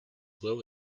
well